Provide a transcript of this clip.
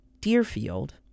Deerfield